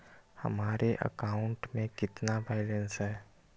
हमारे अकाउंट में कितना बैलेंस है?